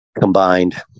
combined